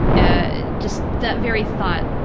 ah just that very thought,